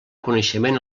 coneixement